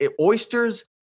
oysters